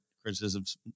criticisms